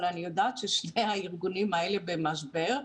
אבל אני יודעת ששני הארגונים האלה במשבר,